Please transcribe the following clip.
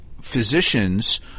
physicians